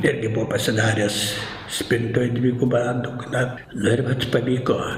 irgi buvo pasidaręs spintoj dvigubą dugną nu ir vat pavyko